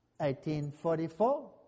1844